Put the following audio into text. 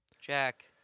Jack